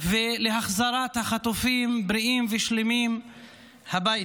ולהחזרת החטופים בריאים ושלמים הביתה.